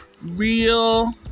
real